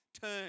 turn